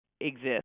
exist